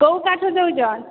କେଉଁ କାଠ ଦେଉଛ